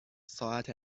ساعت